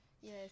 yes